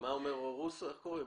מה אומר רון קובי?